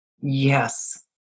yes